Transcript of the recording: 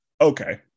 okay